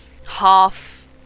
half